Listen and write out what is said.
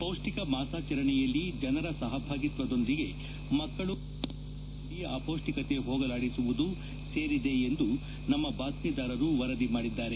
ಪೌಷ್ಣಿಕ ಮಾಸಾಚರಣೆಯಲ್ಲಿ ಜನರ ಸಹಭಾಗಿತ್ವದೊಂದಿಗೆ ಮಕ್ಕಳು ಹಾಗೂ ಮಹಿಳೆಯರಲ್ಲಿ ಅಪೌಷ್ಣಿಕತೆ ಹೋಗಲಾದಿಸುವುದು ಸೇರಿದೆ ಎಂದು ನಮ್ಮ ಬಾತ್ವೀದಾರರು ವರದಿ ಮಾಡಿದ್ದಾರೆ